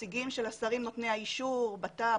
לנציגים של השרים נותני האישור ביטחון פנים,